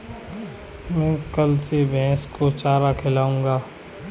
मैं कल से भैस को चारा खिलाऊँगा